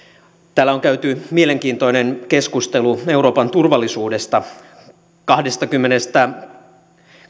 täällä on käyty mielenkiintoinen keskustelu euroopan turvallisuudesta kahdestakymmenestäkahdeksasta